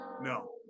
No